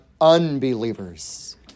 unbelievers